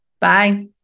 Bye